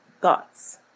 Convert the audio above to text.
thoughts